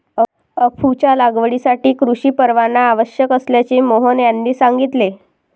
अफूच्या लागवडीसाठी कृषी परवाना आवश्यक असल्याचे मोहन यांनी सांगितले